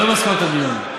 נו, מה מסקנות הדיון?